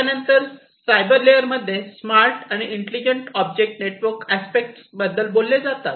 त्यानंतर cyber layer मध्ये smart आणि इंटेलिजंट ऑब्जेक्ट नेटवर्क अस्पेक्ट बोलले जातात